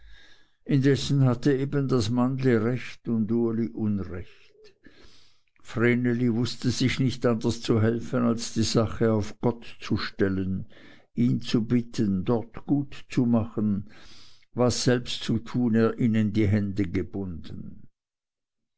indessen hatte eben das mannli recht und uli unrecht vreneli wußte sich nicht anders zu helfen als die sache auf gott zu stellen ihn zu bitten dort gut zu machen was selbst zu tun er ihnen selbst die hände gebunden